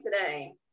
today